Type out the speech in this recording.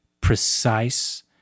precise